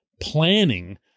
planning